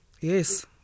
Yes